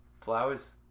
flowers